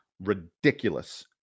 ridiculous